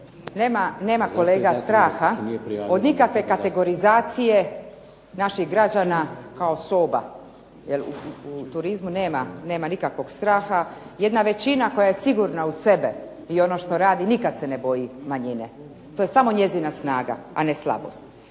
Nema kolega straha od nikakve kategorizacije od naših građana kao soba, jer u turizmu nema nikakvog straha. Jedna većina koja sigurna u sebe i ono što radi nikada se ne boji manjine, to je samo njezina snaga, a ne slabost.